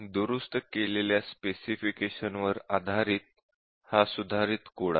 दुरुस्त केलेल्या स्पेसिफिकेशन वर आधारित हा सुधारित कोड आहे